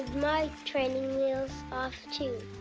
my training wheels off, too.